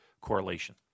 correlation